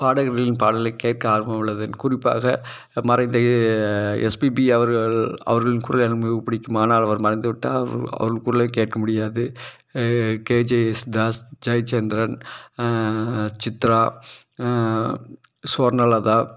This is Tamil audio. பாடகர்களின் பாடலை கேட்க ஆர்வம் உள்ளவன் குறிப்பாக மறைந்த எஸ்பிபி அவர்கள் அவர்களின் குரல் எனக்கு மிகவும் பிடிக்கும் ஆனால் அவர் மறைந்து விட்டார் அவர் குரலைக் கேட்க முடியாது கேஜே யேசுதாஸ் ஜெயச்சந்திரன் சித்ரா ஸ்வர்ணலதா